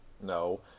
No